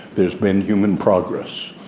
there's been human progress.